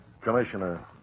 Commissioner